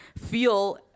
feel